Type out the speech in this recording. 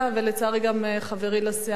ולצערי גם חברי לסיעה,